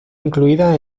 incluida